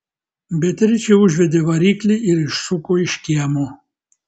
beatričė užvedė variklį ir išsuko iš kiemo